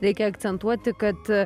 reikia akcentuoti kad